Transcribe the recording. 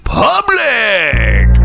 public